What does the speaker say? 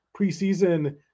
preseason